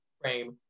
frame